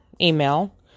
email